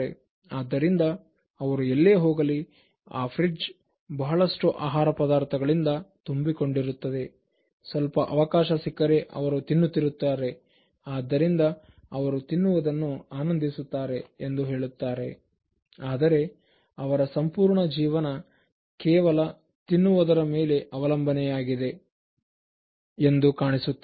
ಆದ್ದರಿಂದ ಅವರು ಎಲ್ಲೇ ಹೋಗಲಿ ಆ ಫ್ರಿಡ್ಜ್ ಬಹಳಷ್ಟು ಆಹಾರ ಪದಾರ್ಥಗಳಿಂದ ತುಂಬಿಕೊಂಡಿರುತ್ತದೆ ಸ್ವಲ್ಪ ಅವಕಾಶ ಸಿಕ್ಕರೆ ಅವರು ತಿನ್ನುತ್ತಿರುತ್ತಾರೆ ಆದ್ದರಿಂದ ಅವರು ತಿನ್ನುವುದನ್ನು ಆನಂದಿಸುತ್ತಾರೆ ಎಂದು ಹೇಳುತ್ತಾರೆ ಆದರೆ ಅವರ ಸಂಪೂರ್ಣ ಜೀವನ ಕೇವಲ ತಿನ್ನುವುದರ ಮೇಲೆ ಅವಲಂಬನೆ ಯಾಗಿದೆ ಎಂದು ಕಾಣಿಸುತ್ತದೆ